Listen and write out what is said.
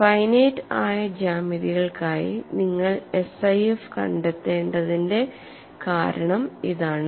finite ആയ ജ്യാമിതികൾക്കായി നിങ്ങൾ SIF കണ്ടെത്തേണ്ടതിന്റെ കാരണം അതാണ്